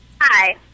hi